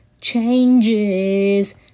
changes